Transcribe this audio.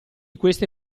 queste